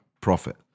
profit